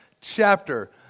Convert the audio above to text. chapter